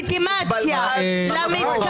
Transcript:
לסיום,